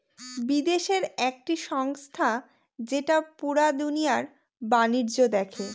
বিদেশের একটি সংস্থা যেটা পুরা দুনিয়ার বাণিজ্য দেখে